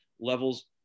levels